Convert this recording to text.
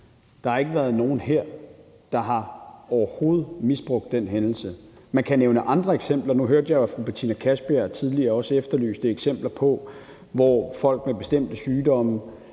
Der har ikke været nogen her, der overhovedet har misbrugt den hændelse. Man kan nævne andre eksempler. Nu hørte jeg, at fru Betina Kastbjerg tidligere efterlyste eksempler på, at folk med bestemte sygdomme